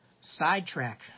sidetrack